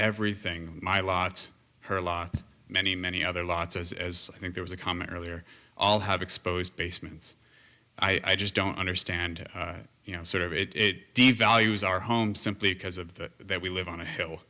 everything my lot her lot many many other lots as as i think there was a comment earlier all have exposed basements i just don't understand you know sort of it devalues our home simply because of that we live on a hill